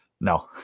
No